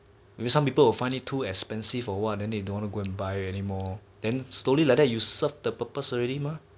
maybe some people will find it too expensive for one and they don't want to go buy anymore then slowly like that you serve the purpose already mah